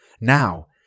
Now